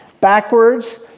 backwards